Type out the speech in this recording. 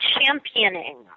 championing